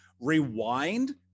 Rewind